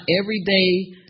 everyday